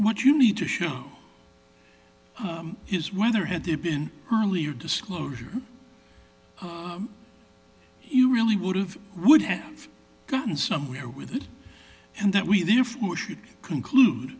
what you need to show is whether had there been earlier disclosure you really would have would have gotten somewhere with it and that we therefore should conclude